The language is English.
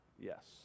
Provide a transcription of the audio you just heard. Yes